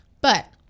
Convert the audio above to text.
But-